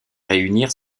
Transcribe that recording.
réunir